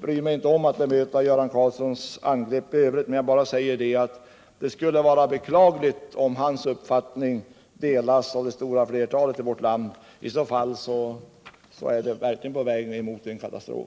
bryr mig inte om att bemöta Göran Karlssons angrepp i övrigt. Jag vill bara säga att det är beklagligt om Göran Karlssons uppfattning delas av det stora flertalet i vårt land. I så fall är vi verkligen på väg mot en katastrof.